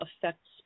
affects